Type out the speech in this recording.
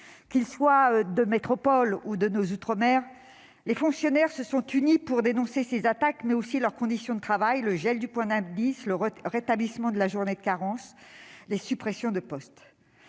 Qu'ils soient de métropole ou de nos outre-mer, les fonctionnaires se sont unis pour dénoncer non seulement ces attaques, mais aussi leurs conditions de travail, qu'il s'agisse du gel du point d'indice, du rétablissement de la journée de carence ou des suppressions de postes.